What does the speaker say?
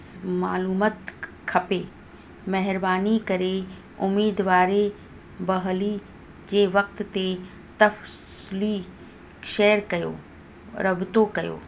मालूमाति ख खपे महिरबानी करे उमीदवारी बहली जे वक़्ति ते तफ़िसिली सैरु कयो राबितो कयो